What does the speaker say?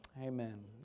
Amen